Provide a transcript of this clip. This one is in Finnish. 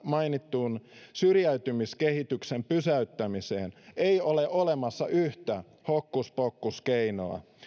mainittuun syrjäytymiskehityksen pysäyttämiseen ei ole olemassa yhtä hokkuspokkuskeinoa